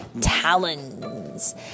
talons